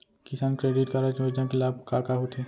किसान credit card योजना के लाभ का का होथे?